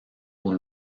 aux